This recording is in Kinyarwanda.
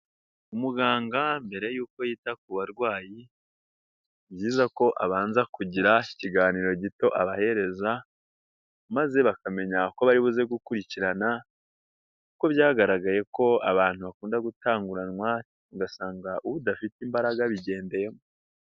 Umuganga mbere y'uko yita ku barwayi, ni byiza ko abanza kugira ikiganiro gito abahereza maze bakamenya uko bari buze gukurikirana, ko byagaragaye ko abantu bakunda gutanguranwa ugasanga udafite imbaraga abigendeyemo.